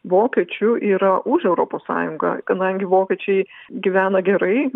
vokiečių yra už europos sąjunga kadangi vokiečiai gyvena gerai